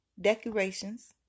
decorations